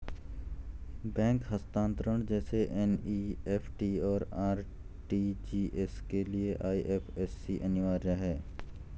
bank हस्तांतरण जैसे NEFT, और आर.टी.जी.एस के लिए आई.एफ.एस.सी अनिवार्य है